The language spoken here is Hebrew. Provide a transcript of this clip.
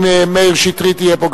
אם מאיר שטרית יהיה פה,